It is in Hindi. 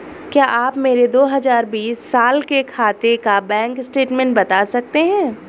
क्या आप मेरे दो हजार बीस साल के खाते का बैंक स्टेटमेंट बता सकते हैं?